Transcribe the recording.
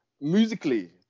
musically